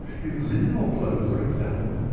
his linen or clothes are examined,